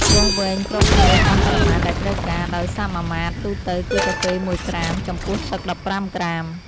វាស់វែងគ្រាប់កាហ្វេតាមបរិមាណដែលត្រូវការ ដោយសមាមាត្រទូទៅគឺកាហ្វេ ១ ក្រាម ចំពោះទឹក ១៥ ក្រាម។